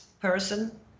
Person